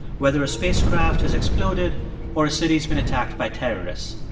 whether a spacecraft has exploded or a city's been attacked by terrorists.